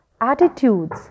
attitudes